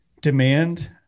demand